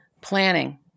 planning